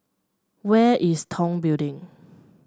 where is Tong Building